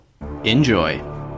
Enjoy